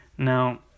Now